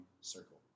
circle